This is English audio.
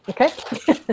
Okay